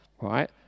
right